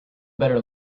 better